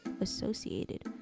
associated